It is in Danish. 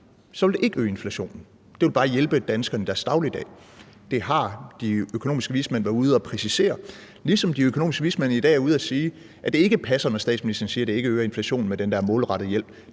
vil det ikke øge inflationen; det vil bare hjælpe danskerne i deres dagligdag. Det har de økonomiske vismænd været ude at præcisere, ligesom de økonomiske vismænd i dag er ude at sige, at det ikke passer, når statsministeren siger, at det ikke øger inflationen med den der målrettede hjælp.